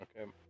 Okay